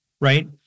right